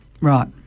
Right